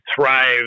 thrive